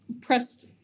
pressed